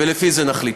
ולפי זה נחליט.